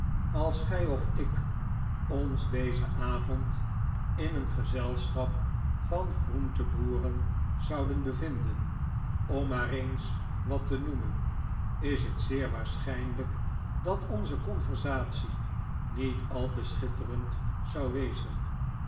als gij of ik ons dezen avond in een gezelschap van groenteboeren zouden bevinden om maar eens wat te noemen is het zeer waarschijnlijk dat onze conversatie niet al te schitterend zou wezen